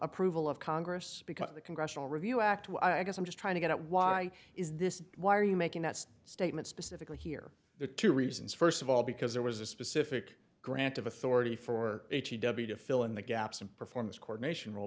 approval of congress because of the congressional review act to i guess i'm just trying to get at why is this why are you make that's statement specifically here the two reasons first of all because there was a specific grant of authority for eighty dubey to fill in the gaps in performance coronation role